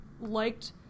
liked